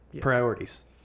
Priorities